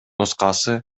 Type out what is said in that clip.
нускасы